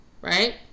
Right